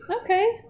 Okay